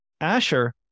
Asher